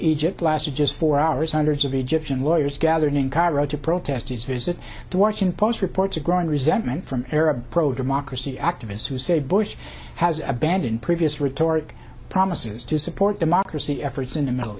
egypt lasted just four hours hundreds of egyptian lawyers gathered in cairo to protest his visit to washington post reports a growing resentment from arab pro democracy activists who said bush has a bad in previous rhetorical promises to support democracy efforts in the middle